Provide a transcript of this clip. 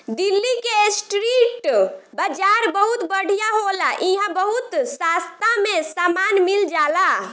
दिल्ली के स्ट्रीट बाजार बहुत बढ़िया होला इहां बहुत सास्ता में सामान मिल जाला